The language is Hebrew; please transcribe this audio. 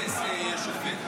162 שופטים שר המשפטים מינה.